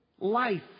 life